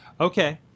Okay